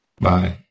bye